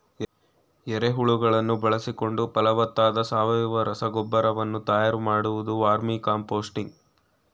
ಎರೆಹುಳುಗಳನ್ನು ಬಳಸಿಕೊಂಡು ಫಲವತ್ತಾದ ಸಾವಯವ ರಸಗೊಬ್ಬರ ವನ್ನು ತಯಾರು ಮಾಡುವುದು ವರ್ಮಿಕಾಂಪೋಸ್ತಿಂಗ್